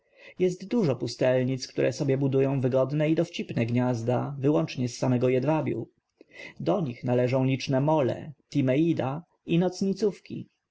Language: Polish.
jest dużo pustelnic które sobie budują wygodne i dowcipne gniazda wyłącznie z samego jedwabiu do nich należą liczne mole tineida i nocnicówki